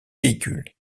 véhicules